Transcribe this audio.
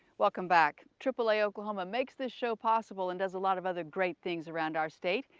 welcome back. triple a oklahoma makes this show possible and does a lot of other great things around our state!